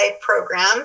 program